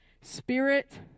spirit